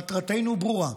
מטרתנו ברורה: